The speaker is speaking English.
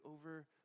over